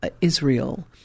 Israel